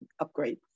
upgrade